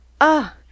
Ah